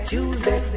Tuesday